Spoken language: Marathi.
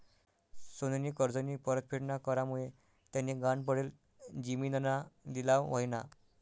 सोनूनी कर्जनी परतफेड ना करामुये त्यानी गहाण पडेल जिमीनना लिलाव व्हयना